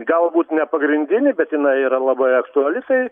galbūt nepagrindinė bet inai yra labai aktuali tai